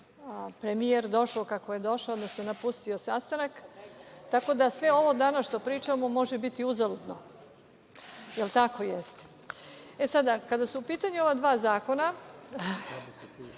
premijer došao kako je došao, odnosno napustio sastanak, tako da sve ovo danas što pričamo može biti uzaludno. Da li je tako? Jeste. Kada su u pitanju ova dva zakona,